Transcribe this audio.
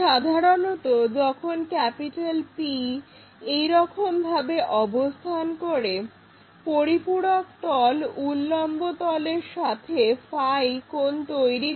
সাধারণত যখন P এইরকম ভাবে অবস্থান করে পরিপূরক তল উল্লম্ব তলের সাথে কোণ তৈরি করে